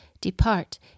Depart